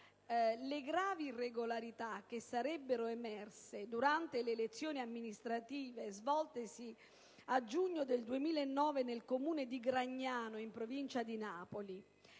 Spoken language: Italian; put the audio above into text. le gravi irregolarità che sarebbero emerse durante le elezioni amministrative svoltesi a giugno 2009 nel Comune di Gragnano, in provincia di Napoli.